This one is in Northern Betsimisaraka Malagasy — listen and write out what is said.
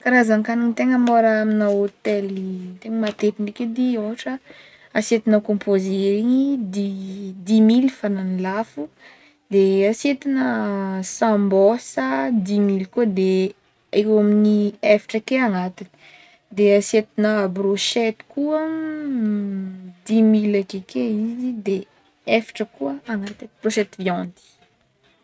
Karazan-kagnigny tegna môra amina hôtely tegna matetiky ndraiky edy, ôhatra asietin'na composé regny, dix- dix mily faran'ny lafo, asietina sambosa dix mily koa de eoeo amin'ny efatra ake agnatiny, de asietina bochety koa dix mily akeke izy de efatra koa agnatiny, brochety viandy.